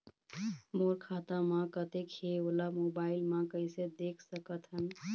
मोर खाता म कतेक हे ओला मोबाइल म कइसे देख सकत हन?